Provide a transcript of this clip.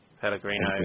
Pellegrino